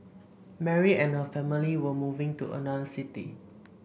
Mary and her family were moving to another city